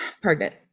pregnant